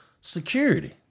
security